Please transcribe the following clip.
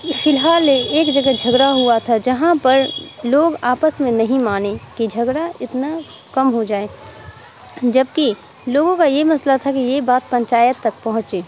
فی الحال ایک جگہ جھگڑا ہوا تھا جہاں پر لوگ آپس میں نہیں مانے کہ جھگڑا اتنا کم ہو جائے جبکہ لوگوں کا یہ مسئلہ تھا کہ یہ بات پنچایت تک پہنچے